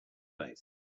face